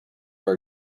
are